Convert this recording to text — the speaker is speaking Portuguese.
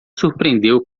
surpreendeu